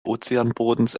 ozeanbodens